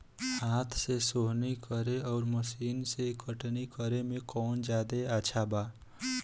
हाथ से सोहनी करे आउर मशीन से कटनी करे मे कौन जादे अच्छा बा?